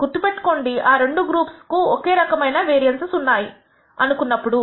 గుర్తుపెట్టుకోండి ఆ రెండు గ్రూప్స్ కు ఒకే రకమైన వేరియన్సస్ ఉన్నాయని అనుకున్నప్పుడు